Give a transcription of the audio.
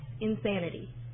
insanity